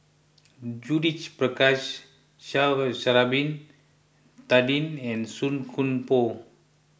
Judith Prakash Sha'ari Bin Tadin and Song Koon Poh